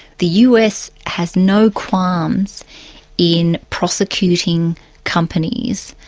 the us has no qualms in prosecuting companies,